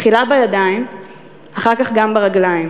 תחילה בידיים ואחר כך גם ברגליים.